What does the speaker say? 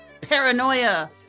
paranoia